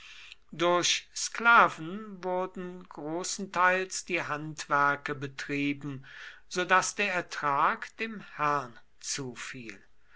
durch sklaven wurden großenteils die handwerke betrieben so daß der ertrag dem herrn zufiel